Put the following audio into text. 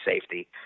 safety